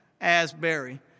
Asbury